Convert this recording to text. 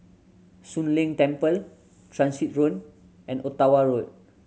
Soon Leng Temple Transit Road and Ottawa Road